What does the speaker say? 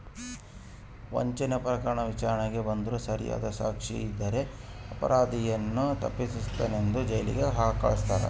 ವಂಚನೆ ಪ್ರಕರಣ ವಿಚಾರಣೆಗೆ ಬಂದ್ರೂ ಸರಿಯಾದ ಸಾಕ್ಷಿ ಇದ್ದರೆ ಅಪರಾಧಿಯನ್ನು ತಪ್ಪಿತಸ್ಥನೆಂದು ಜೈಲಿಗೆ ಕಳಸ್ತಾರ